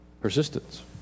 persistence